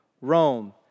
Rome